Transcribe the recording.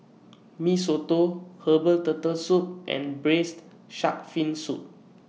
Mee Soto Herbal Turtle Soup and Braised Shark Fin Soup